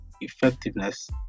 effectiveness